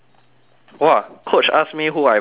!wah! coach ask me who I vote for